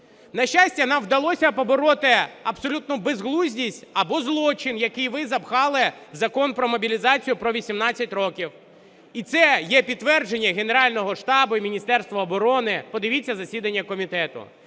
На щастя, нам вдалося побороти абсолютну безглуздість або злочин, який ви запхали в Закон про мобілізацію про 18 років. І це є підтвердження Генерального штабу і Міністерства оборони, подивіться засідання комітету.